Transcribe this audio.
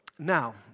Now